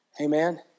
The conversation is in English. Amen